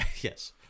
Yes